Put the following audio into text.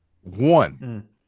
One